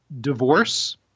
divorce